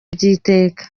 by’iteka